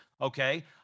okay